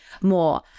more